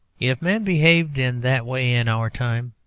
if men behaved in that way in our time,